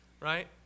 right